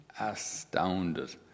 astounded